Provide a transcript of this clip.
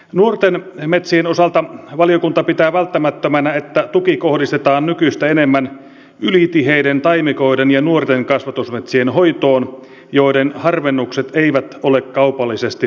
nuorten metsien osalta valiokunta pitää välttämättömänä että tuki kohdistetaan nykyistä enemmän ylitiheiden taimikoiden ja nuorten kasvatusmetsien hoitoon joiden harvennukset eivät ole kaupallisesti kannattavia